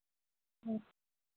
ம்